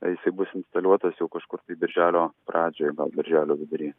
jisai bus instaliuotas jau kažkur birželio pradžioje gal birželio vidurį